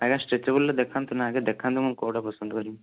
ଆଜ୍ଞା ସ୍ଟ୍ରେଚେବୁଲ ର ଦେଖାନ୍ତୁ ନା ଆଗେ ଦେଖାନ୍ତୁ ମୁଁ କେଉଁଟା ପସନ୍ଦ କରିବି